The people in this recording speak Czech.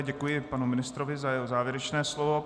Děkuji panu ministrovi za jeho závěrečné slovo.